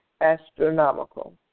astronomical